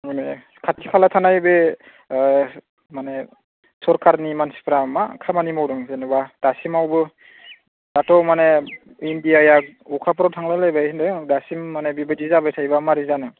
माने खाथि खाला थानाय बे माने सरकारनि मानसिफ्रा मा खामानि मावदों जेनेबा दासिमावबो दाथ' माने इण्डियाया अखाफोराव थांलायलायबाय होनदों दासिम माने बेबायदि जाबाय थायोबा माबोरै जानो